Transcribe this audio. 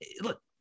look